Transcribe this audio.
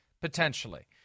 potentially